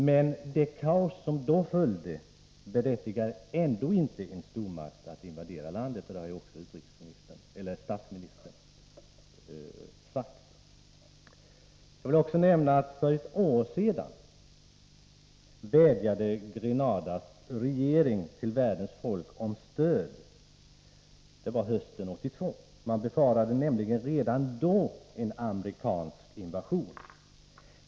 Men det kaos som då följde berättigar ändå inte en stormakt att invadera landet, och det har också statsministern sagt. För ett år sedan vädjade Grenadas regering till världens folk om stöd — det var hösten 1982. Man befarade nämligen redan då en amerikansk invasion.